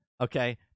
Okay